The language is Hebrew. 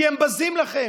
כי הם בזים לכם.